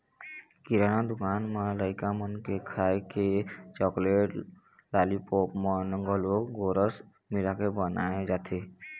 किराना दुकान म लइका मन के खाए के चाकलेट, लालीपॉप मन म घलोक गोरस मिलाके बनाए जाथे